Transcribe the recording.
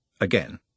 again